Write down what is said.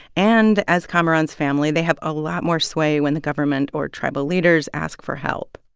and as kamaran's family, they have a lot more sway when the government or tribal leaders ask for help.